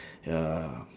ya